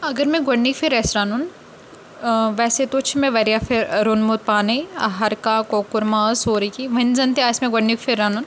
اگر مےٚ گۄڈنِکۍ پھِرۍ آسہِ رَنُن ٲں ویسے توتہِ چھُ مےٚ واریاہ پھِرۍ روٚنمُت پانے ہر کانٛہہ کۄکُر ماز سورُے کیٚنٛہہ وۄنۍ زَنہٕ تہِ آسہِ مےٚ گۄڈنِکۍ پھِرۍ رَنُن